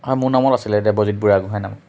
হয় মোৰ নামত আছিলে দেৱজিত বুঢ়াগোহাঁঞি নামত